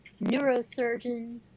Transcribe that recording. neurosurgeon